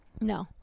No